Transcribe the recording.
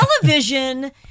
television